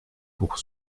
pour